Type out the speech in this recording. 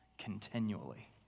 Continually